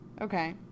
Okay